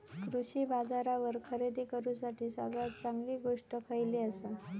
कृषी बाजारावर खरेदी करूसाठी सगळ्यात चांगली गोष्ट खैयली आसा?